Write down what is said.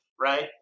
right